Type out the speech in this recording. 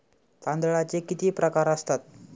तांदळाचे किती प्रकार असतात?